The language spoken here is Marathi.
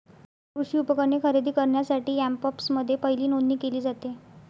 कृषी उपकरणे खरेदी करण्यासाठी अँपप्समध्ये पहिली नोंदणी केली जाते